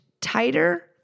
tighter